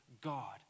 God